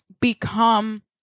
become